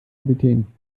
kapitän